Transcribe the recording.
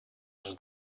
els